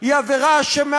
יש לי חדשות בשבילך, חבר הכנסת